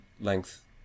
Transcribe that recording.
Length